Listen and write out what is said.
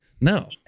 No